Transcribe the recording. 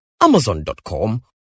amazon.com